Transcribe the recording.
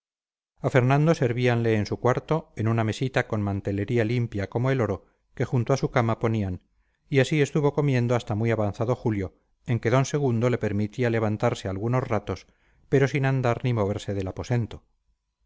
a fernando servíanle en su cuarto en una mesita con mantelería limpia como el oro que junto a su cama ponían y así estuvo comiendo hasta muy avanzado julio en que d segundo le permitía levantarse algunos ratos pero sin andar ni moverse del aposento